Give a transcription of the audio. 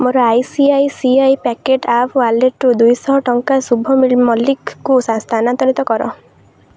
ମୋ I C I C I pocket app ୱାଲେଟରୁ ଦୁଇଶହ ଟଙ୍କା ଶୁଭ ମଲ୍ଲିକଙ୍କୁ ସ୍ଥାନାନ୍ତରିତ କର